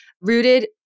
rooted